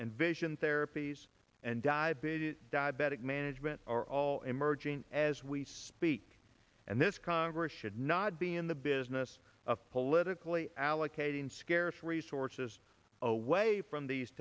and vision therapies and diabetes diabetic management are all emerging as we speak and this congress should not be in the business of politically allocating scarce resources away from these